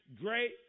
great